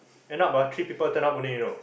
end up ah three people turn up only you know